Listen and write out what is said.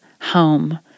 home